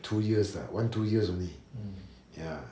two years lah one two years only ya